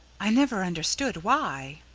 i never understood why.